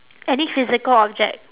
any physical object